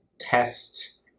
test